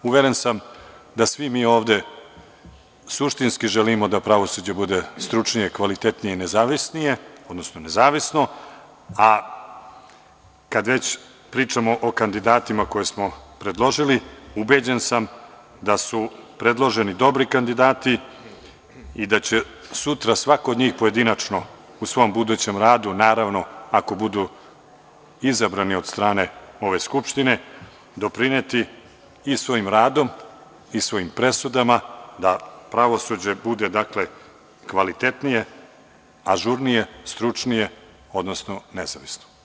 Uveren sam da svi mi ovde suštinski želimo da pravosuđe bude stručnije, kvalitetnije i nezavisno, a kad već pričamo o kandidatima koje smo predložili, ubeđen sam da su predloženi dobri kandidati i da će sutra svako od njih pojedinačno, u svom budućem radu, naravno, ako budu izabrani od strane ove skupštine, doprineti i svojim radom i svojim presudama da pravosuđe bude dakle kvalitetnije, ažurnije, stručnije, odnosno nezavisno.